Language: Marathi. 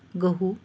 गहू